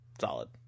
solid